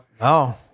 No